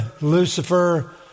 Lucifer